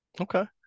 Okay